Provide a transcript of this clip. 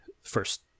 first